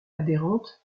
adhérente